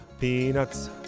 Peanuts